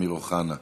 אמיר אוחנה,